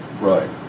Right